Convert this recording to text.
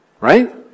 Right